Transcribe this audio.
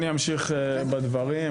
אני אמשיך בדברים.